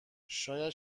شاید